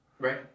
Right